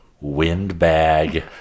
windbag